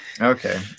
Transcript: Okay